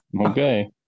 Okay